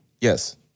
Yes